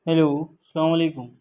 hello السلام علیکم